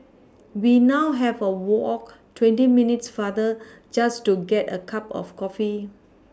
we now have a walk twenty minutes farther just to get a cup of coffee